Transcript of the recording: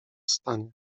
stanie